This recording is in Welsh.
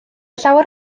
llawer